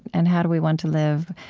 and how do we want to live,